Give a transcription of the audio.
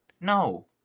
No